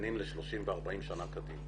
מתכננים ל-30 ו-40 שנים קדימה